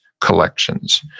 collections